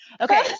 Okay